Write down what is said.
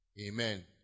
Amen